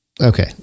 okay